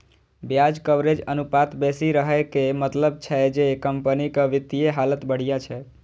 ब्याज कवरेज अनुपात बेसी रहै के मतलब छै जे कंपनीक वित्तीय हालत बढ़िया छै